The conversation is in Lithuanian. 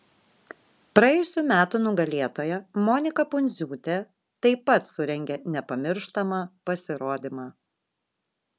praėjusių metų nugalėtoja monika pundziūtė taip pat surengė nepamirštamą pasirodymą